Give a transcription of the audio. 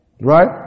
Right